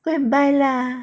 go and buy lah